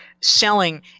selling